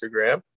Instagram